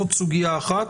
זאת סוגיה אחת.